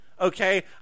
Okay